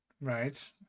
right